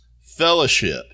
fellowship